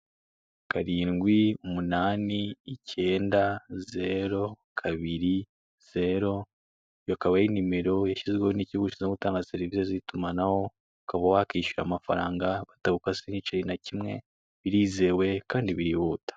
Karindwi, umunani, icyenda, zero, kabiri, zero; iyo akaba ari nimero yashyizweho n'ikigo gishinzwe gutanga serivise z'itumanaho, ukaba wakwishyura amafaranga batagukase n'igiceri na kimwe birizewe kandi birihuta.